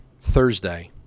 Thursday